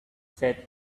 said